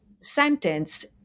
sentence